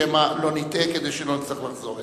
שמא נטעה, כדי שלא נצטרך לחזור אליו.